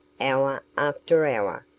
hour after hour,